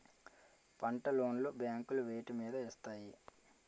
పంట లోన్ లు బ్యాంకులు వేటి మీద ఇస్తాయి?